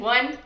One